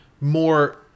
more